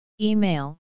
Email